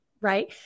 right